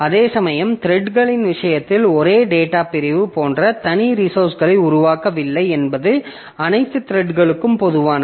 அதேசமயம் த்ரெட்களின் விஷயத்தில் ஒரே டேட்டா பிரிவு போன்ற தனி ரிசோர்ஸ்களை உருவாக்கவில்லை என்பது அனைத்து த்ரெட்களுக்கும் பொதுவானது